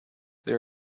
there